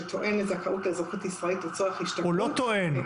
שטוען לזכאות לאזרחות ישראלית לצורך השתקעות --- הוא לא טוען.